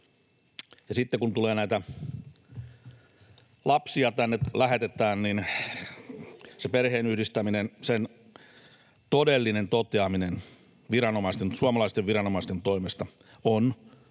sitten kun näitä lapsia tänne lähetetään, niin sen perheenyhdistämisen todellinen toteaminen suomalaisten viranomaisten toimesta on